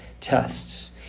tests